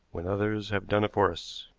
when others have done it for us?